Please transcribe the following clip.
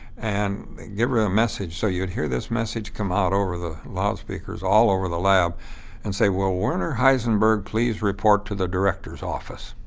and give her a message. so you'd hear this message come out over the loudspeakers all over the lab and say will werner heisenberg please report to the director's office?